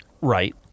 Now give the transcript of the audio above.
Right